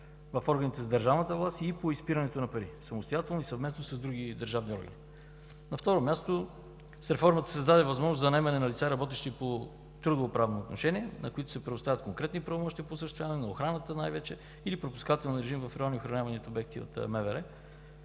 в органите за държавната власт и по изпирането на пари самостоятелно и съвместно с други държавни органи. На второ място, с реформата се създаде възможност за наемане на лица, работещи по трудовоправни отношения, на които се предоставят конкретни правомощия по осъществяване на охраната най-вече по пропускателния режим в райони на охраняваните обекти на МВР